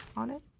on it?